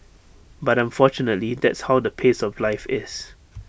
but unfortunately that's how the pace of life is